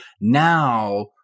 Now